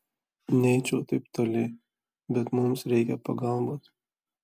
neeičiau taip toli bet mums reikia pagalbos